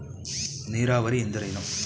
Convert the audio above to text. ನೀರಾವರಿ ಎಂದರೇನು?